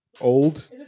Old